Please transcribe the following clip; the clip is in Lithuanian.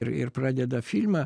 ir ir pradeda filmą